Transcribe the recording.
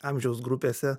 amžiaus grupėse